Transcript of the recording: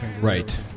Right